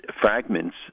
fragments